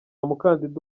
mukandida